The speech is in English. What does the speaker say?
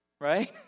right